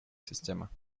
система